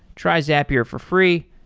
try zapier for free.